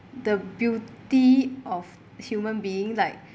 the beauty of human being like